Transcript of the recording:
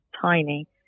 tiny